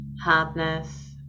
Hardness